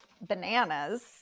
bananas